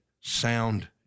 sound